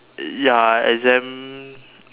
ya exam